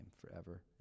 forever